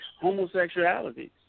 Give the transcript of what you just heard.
homosexuality